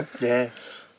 Yes